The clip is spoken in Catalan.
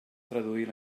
traduir